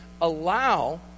allow